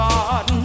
God